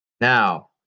Now